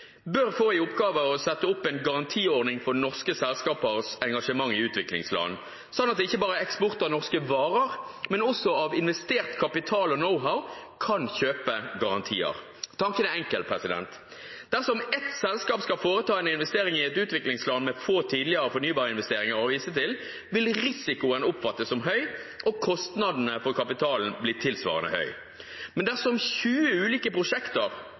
bør få i oppgave å sette opp en garantiordning for norske selskapers engasjement i utviklingsland, slik at ikke bare eksportører av norske varer, men også av investert og kapital og knowhow, kan kjøpe garantier. Tanken er enkel. Dersom et selskap skal foreta en investering i et utviklingsland med få tidligere fornybarinvesteringer å vise til, vil risikoen oppfattes som høy og kostnadene for kapitalen bli tilsvarende høy. Men dersom tjue ulike prosjekter